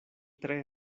tre